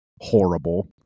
horrible